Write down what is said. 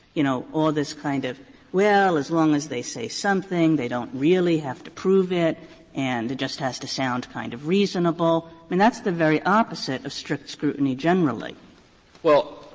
you know, all this kind of well, as long as they say something, they don't really have to prove it and it just has to sound kind of reasonable. and that's the very opposite of strict scrutiny generally. yang well,